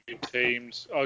teams